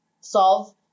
solve